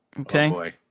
okay